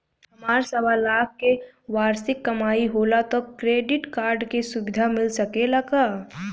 हमार सवालाख के वार्षिक कमाई होला त क्रेडिट कार्ड के सुविधा मिल सकेला का?